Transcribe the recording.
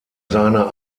seiner